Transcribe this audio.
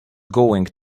going